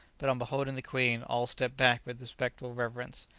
but on beholding the queen all stepped back with respectful reverence.